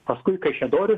paskui kaišiadorių